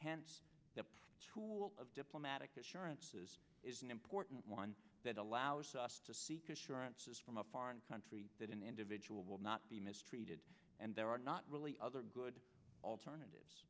and the tool of diplomatic assurances is an important one that allows us to seek assurances from a foreign country that an individual will not be mistreated and there are not really other good alternatives